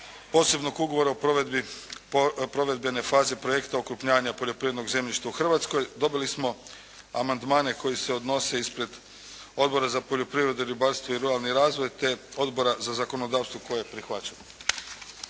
Posebnog ugovora o provedbi provedbene faze projekta "Okrupnjavanje poljoprivrednog zemljišta u Hrvatskoj". Dobili smo amandmane koji se odnose ispred Odbora za poljoprivredu, ribarstvo i ruralni razvoj te Odbora za zakonodavstvo koji je prihvaćen.